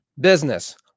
Business